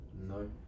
No